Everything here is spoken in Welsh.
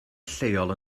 lleol